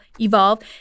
evolve